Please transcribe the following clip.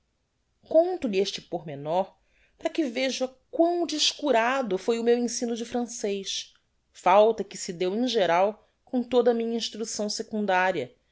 ignorancia conto-lhe este pormenor para que veja quão descurado foi o meu ensino de francez falta que se deu em geral com toda a minha instrucção secundaria